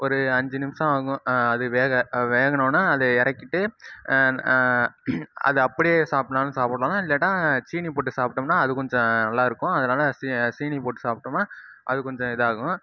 ஒரு அஞ்சு நிமிஷம் ஆகும் அது வேக அது வேகுனவொடனே அதை இறக்கிட்டு அதை அப்படியே சாப்புடணும்னாலும் சாப்பிட்லாம் இல்லாட்டா சீனி போட்டு சாப்பிட்டோம்னா அது கொஞ்சம் நல்லா இருக்கும் அதனால சீனி போட்டு சாப்பிட்டோம்னா அது கொஞ்சம் இதாக ஆகும்